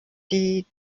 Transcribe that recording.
die